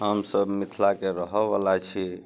हमसब मिथिलाके रहऽवला छी